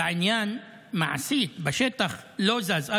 והעניין מעשית, בשטח, לא זז.